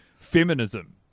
feminism